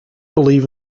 believe